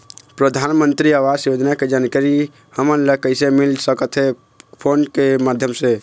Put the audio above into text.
परधानमंतरी आवास योजना के जानकारी हमन ला कइसे मिल सकत हे, फोन के माध्यम से?